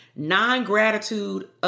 Non-gratitude